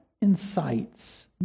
incites